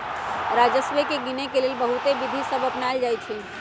राजस्व के गिनेके लेल बहुते विधि सभ अपनाएल जाइ छइ